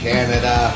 Canada